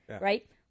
right